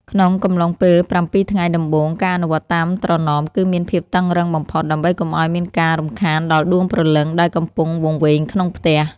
ក្នុងកំឡុងពេលប្រាំពីរថ្ងៃដំបូង ការអនុវត្តតាមត្រណមគឺមានភាពតឹងរ៉ឹងបំផុតដើម្បីកុំឱ្យមានការរំខានដល់ដួងព្រលឹងដែលកំពុងវង្វេងក្នុងផ្ទះ។